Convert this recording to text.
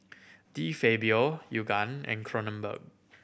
De Fabio Yoogane and Kronenbourg